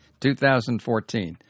2014